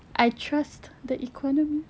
I trust the economy